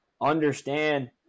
understand